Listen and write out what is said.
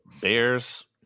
Bears